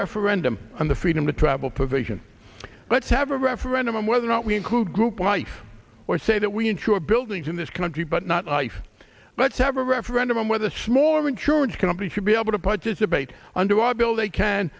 referendum on the freedom to travel provision let's have a referendum on whether or not we include group life or say that we insure buildings in this country but not life but several referendum where the smaller insurance companies should be able to participate under our bill they can